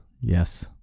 Yes